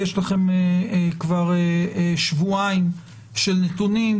יש לכם כבר שבועיים של נתונים,